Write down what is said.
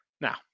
Now